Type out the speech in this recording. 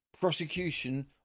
prosecution